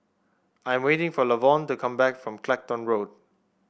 I'm waiting for Lavonne to come back from Clacton Road